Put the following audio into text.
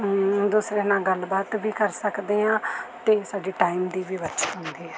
ਦੂਸਰੇ ਨਾਲ ਗੱਲ ਬਾਤ ਵੀ ਕਰ ਸਕਦੇ ਹਾਂ ਅਤੇ ਸਾਡੇ ਟਾਇਮ ਦੀ ਵੀ ਬੱਚਤ ਹੁੰਦੀ ਹੈ